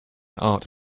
art